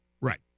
Right